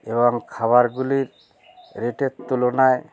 এবং খাবারগুলির রেটের তুলনায়